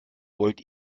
wollt